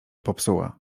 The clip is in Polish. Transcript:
popsuła